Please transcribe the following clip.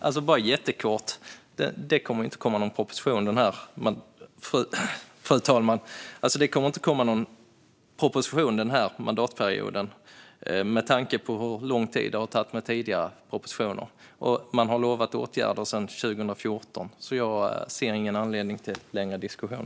Fru talman! Nu skulle jag kunna tänka mig två minuter. Jag vill jättekort säga att det inte kommer att komma någon proposition under denna mandatperiod, med tanke på hur lång tid det har tagit med tidigare propositioner. Man har lovat åtgärder sedan 2014, så jag ser ingen anledning till någon längre diskussion.